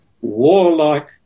warlike